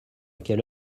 quelle